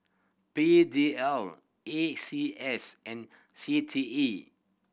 P D L A C S and C T E